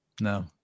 No